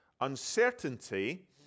Uncertainty